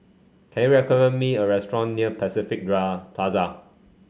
can you recommend me a restaurant near Pacific Plaza